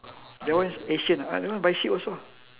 that one is asian ah I don't know by ship also